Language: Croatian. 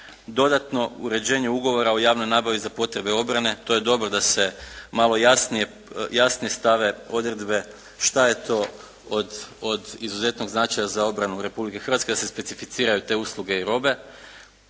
dodatno uređenje ugovora o javnoj nabavi za potrebe obrane. To je dobro da se malo jasnije stave odredbe šta je to od izuzetnog značaja za obranu Republike Hrvatske, da se specificiraju te usluge i robe.